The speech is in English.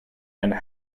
and